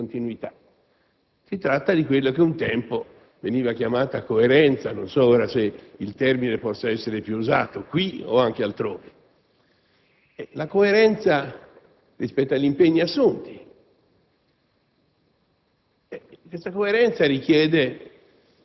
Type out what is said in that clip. e alla permanenza di oggi. Non si tratta di continuità o discontinuità, si tratta di quella che un tempo veniva chiamata coerenza. Non so se ora il termine possa essere più usato, qui o altrove. Parlo della coerenza rispetto agli impegni assunti,